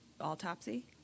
autopsy